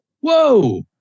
whoa